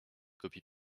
copies